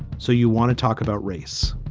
so you want to talk about race.